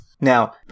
Now